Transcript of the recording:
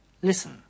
Listen